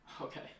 Okay